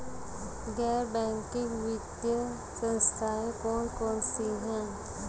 गैर बैंकिंग वित्तीय संस्था कौन कौन सी हैं?